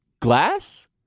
Glass